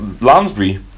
lansbury